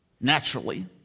naturally